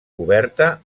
coberta